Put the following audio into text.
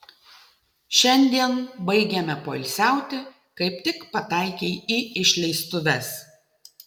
šiandien baigiame poilsiauti kaip tik pataikei į išleistuves